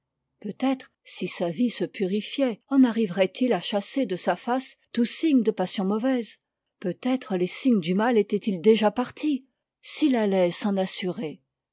peut-être si sa vie se purifiait en arriverait il à chasser de sa face tout signe de passion mauvaise peut-être les signes du mal étaient-ils déjà partis s'il allait s'en assurer